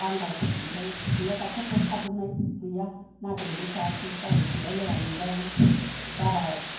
बांगालफोर आमफ्राय गैया दाक्टारफ्राबो खारजोबनाय गैया नागिरहैबाय थायासै रावबो थांलाय लाया लेंबाबो बारा